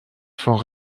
font